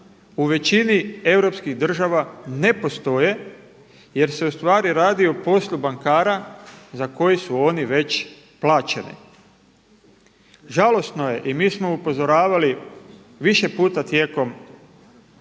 u većini europskih država ne postoje jer se u stvari radi o poslu bankara za koji su oni već plaćeni. Žalosno je i mi smo upozoravali više puta tijekom